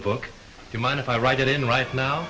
book you mind if i write it in right now